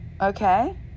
Okay